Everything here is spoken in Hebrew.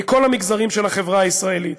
מכל המגזרים של החברה הישראלית.